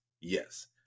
yes